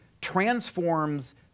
transforms